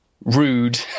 rude